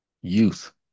Youth